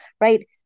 right